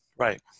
Right